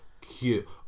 cute